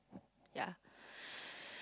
yeah